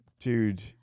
Dude